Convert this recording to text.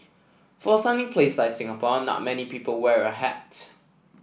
for a sunny place like Singapore not many people wear a hat